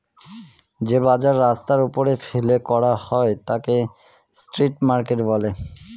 যে বাজার রাস্তার ওপরে ফেলে করা হয় তাকে স্ট্রিট মার্কেট বলে